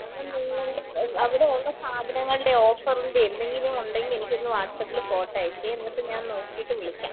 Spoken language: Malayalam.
എന്നാൽ നിങ്ങളുടെ അവിടെ ഉള്ള സാധനങ്ങളുടെ ഓഫറിൻ്റെ എന്തെങ്കിലും ഉണ്ടെങ്കിൽ എനിക്കൊന്ന് വാട്ട്സ്ആപ്പിൽ ഫോട്ടോ അയയ്ക്കേ എന്നിട്ട് ഞാൻ നോക്കിയിട്ട് വിളിക്കാം